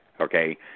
okay